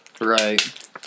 Right